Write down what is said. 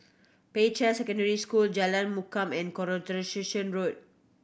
Peicai Secondary School Jalan and Road